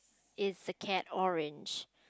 is the cat orange